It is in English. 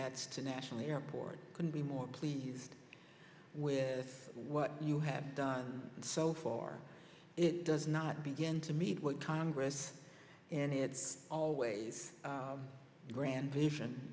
that the national airport couldn't be more pleased with what you have done so far it does not begin to meet what congress and it's always a grand vision